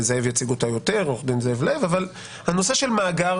זאב יציג אותה יותר היא הנושא של מאגר